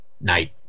night